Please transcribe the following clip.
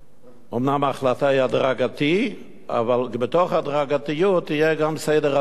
אומנם ההחלטה היא בהדרגה אבל בתוך ההדרגתיות יהיה גם סדר עדיפות מסוים,